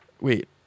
wait